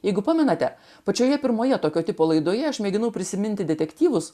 jeigu pamenate pačioje pirmoje tokio tipo laidoje aš mėginau prisiminti detektyvus